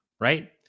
right